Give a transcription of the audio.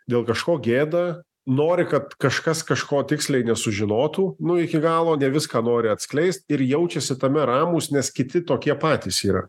dėl kažko gėda nori kad kažkas kažko tiksliai nesužinotų nu iki galo viską nori atskleist ir jaučiasi tame ramūs nes kiti tokie patys yra